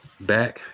back